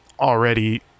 already